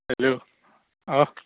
hello অ